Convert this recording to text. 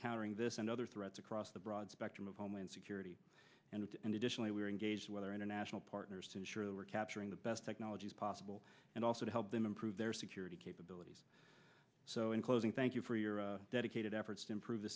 countering this and other threats across the broad spectrum of homeland security and additionally we are engaged whether international partners to ensure that we're capturing the best technologies possible and also to help them improve their security capabilities so in closing thank you for your dedicated efforts to improve the